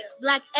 Black